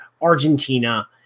Argentina